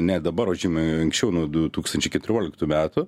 ne dabar o žymiai anksčiau nuo du tūkstančiai keturioliktų metų